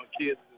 Kids